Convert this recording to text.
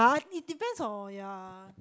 [huh] it depends on ya